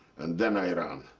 and then i run,